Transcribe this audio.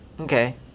Okay